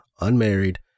unmarried